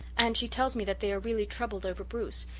and she tells me that they are really troubled over bruce,